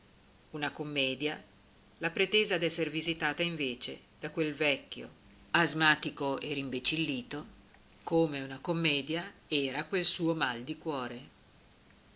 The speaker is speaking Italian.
una commedia la pretesa d'esser visitata invece da quel vecchio asmatico e rimbecillito come una commedia era quel suo mal di cuore